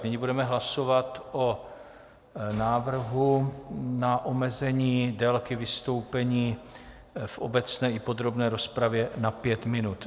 Nyní budeme hlasovat o návrhu na omezení délky vystoupení v obecné i podrobné rozpravě na pět minut.